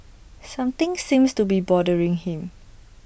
something seems to be bothering him